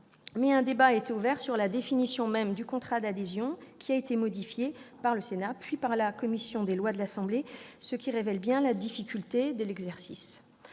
mais un débat a été ouvert sur la définition même du contrat d'adhésion, qui a été modifiée par le Sénat, puis par la commission des lois de l'Assemblée nationale. Ces modifications successives